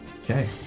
Okay